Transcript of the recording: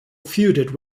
feuded